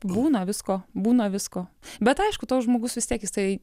būna visko būna visko bet aišku toks žmogus vis tiek jisai